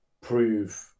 prove